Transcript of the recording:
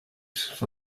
for